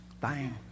Bang